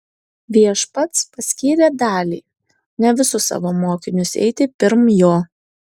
viešpats paskyrė dalį ne visus savo mokinius eiti pirm jo